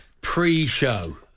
pre-show